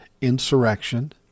insurrection